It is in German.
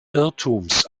irrtums